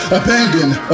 abandoned